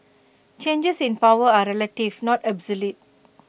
changes in power are relative not absolute